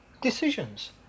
decisions